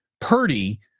Purdy